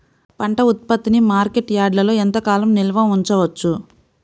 పంట ఉత్పత్తిని మార్కెట్ యార్డ్లలో ఎంతకాలం నిల్వ ఉంచవచ్చు?